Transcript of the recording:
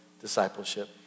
discipleship